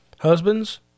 Husbands